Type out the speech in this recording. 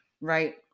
right